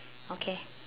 okay